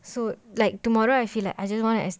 so like tomorrow I feel like I just wanna as~